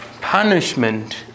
punishment